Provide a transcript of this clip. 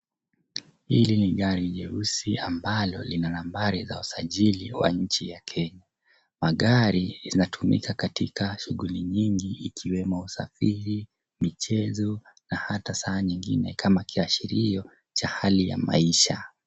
Hili ni gari jeusi ambalo lina nambari za usajili wa nchi ya Kenya. Magari yanatumika katika shughuli nyingi ikiwemo usafiri, michezo na hata saa nyingine kama kiashirio cha hali ya maisha.